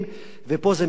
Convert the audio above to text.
זה מביא אותי